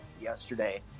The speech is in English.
yesterday